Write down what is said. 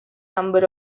number